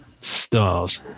Stars